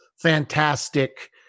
fantastic